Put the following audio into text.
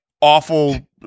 awful